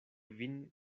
vin